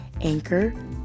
Anchor